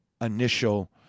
initial